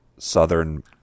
southern